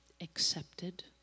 Accepted